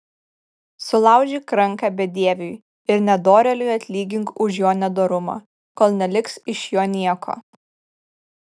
sulaužyk ranką bedieviui ir nedorėliui atlygink už jo nedorumą kol neliks iš jo nieko